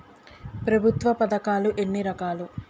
ప్రభుత్వ పథకాలు ఎన్ని రకాలు?